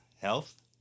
Health